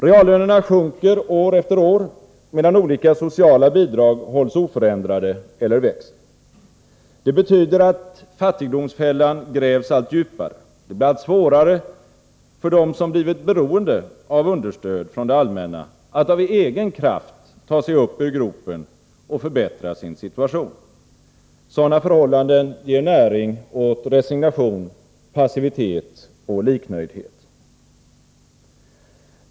Reallönerna sjunker år efter år, medan olika sociala bidrag hålls oförändrade eller växer. Det betyder att fattigdomsfällan grävs allt djupare. Det blir allt svårare för den som blivit beroende av understöd från det allmänna att av egen kraft ta sig upp ur gropen och förbättra sin situation. Sådana förhållanden ger näring åt resignation, passivitet och liknöjdhet.